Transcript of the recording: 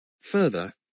Further